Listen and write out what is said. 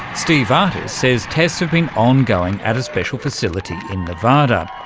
steve artis says tests have been ongoing at a special facility and nevada,